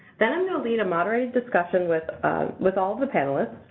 then i'm going to lead a moderated discussion with with all the panelists,